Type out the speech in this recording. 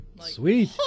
Sweet